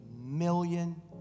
million